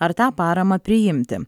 ar tą paramą priimti